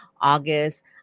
August